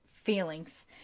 feelings